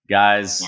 guys